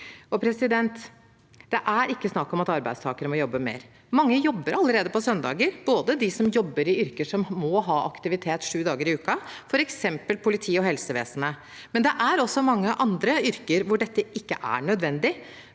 likebehandling. Det er ikke snakk om at arbeidstakere må jobbe mer. Mange jobber allerede på søndager i yrker som må ha aktivitet sju dager i uken, f.eks. politiet og helsevesenet. Det er også mange andre yrker hvor dette ikke er nødvendig,